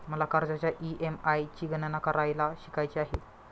मला कर्जाच्या ई.एम.आय ची गणना करायला शिकायचे आहे